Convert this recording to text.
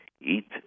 eat